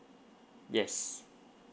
yes